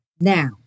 now